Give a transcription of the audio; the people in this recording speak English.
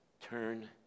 turn